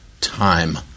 time